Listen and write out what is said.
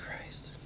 Christ